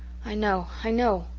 i know i know,